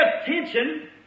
attention